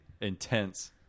intense